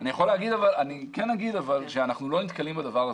אני כן אומר שאנחנו יותר לא נתקלים בדבר הזה.